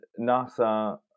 NASA